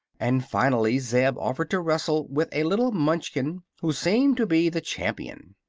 and finally zeb offered to wrestle with a little munchkin who seemed to be the champion.